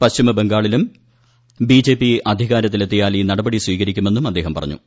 പശ്ചിമബംഗാളിലും ബിജെപി അധികാരത്തിലെത്തിയാൽ ഈ നടപടി സ്വീകരിക്കുമെന്നും അദ്ദേഹം പറഞ്ഞു